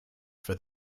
for